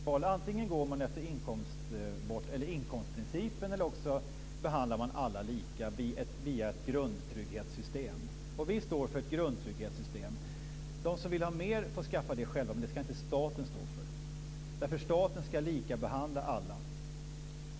Herr talman! Det finns ett vägval. Antingen går man efter inkomstprincipen, eller också behandlar man alla lika via ett grundtrygghetssystem. Vi står för ett grundtrygghetssystem. De som vill ha mer får skaffa det själva, men det ska inte staten stå för. Staten ska likabehandla alla.